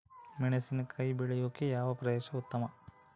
ಮೆಣಸಿನಕಾಯಿ ಬೆಳೆಯೊಕೆ ಯಾವ ಪ್ರದೇಶ ಉತ್ತಮ?